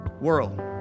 world